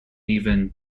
even